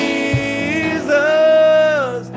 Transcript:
Jesus